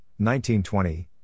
1920